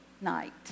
night